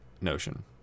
notion